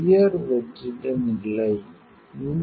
உயர் வெற்றிட நிலை